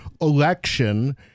election